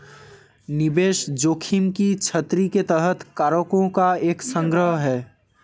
निवेश जोखिम की छतरी के तहत कारकों का एक संग्रह है